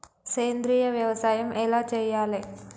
సేంద్రీయ వ్యవసాయం ఎలా చెయ్యాలే?